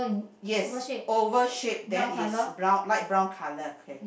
yes oval shape then is brown light brown colour okay